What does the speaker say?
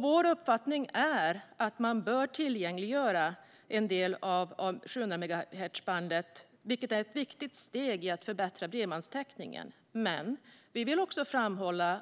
Vår uppfattning är att man bör tillgängliggöra en del av 700-megahertzbandet, vilket är ett viktigt steg i att förbättra bredbandstäckningen. Men vi vill också framhålla